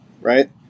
right